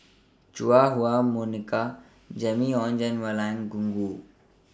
Chua Ah Huwa Monica Jimmy Ong and Wang Gungwu